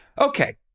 Okay